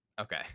Okay